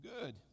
Good